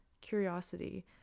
curiosity